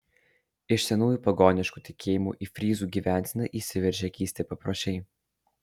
iš senųjų pagoniškų tikėjimų į fryzų gyvenseną įsiveržė keisti papročiai